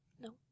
No